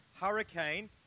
hurricane